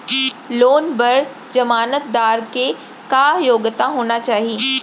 Loan बर जमानतदार के का योग्यता होना चाही?